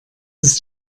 ist